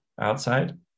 outside